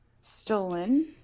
Stolen